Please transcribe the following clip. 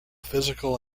physical